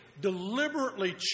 deliberately